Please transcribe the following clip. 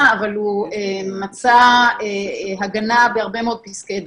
אבל הוא מצא הגנה בהרבה מאוד פסקי דין.